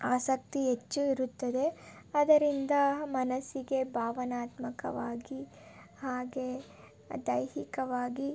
ಆಸಕ್ತಿ ಹೆಚ್ಚು ಇರುತ್ತದೆ ಅದರಿಂದ ಮನಸ್ಸಿಗೆ ಭಾವನಾತ್ಮಕವಾಗಿ ಹಾಗೇ ದೈಹಿಕವಾಗಿ